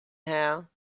hair